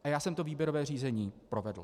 A já jsem to výběrové řízení provedl.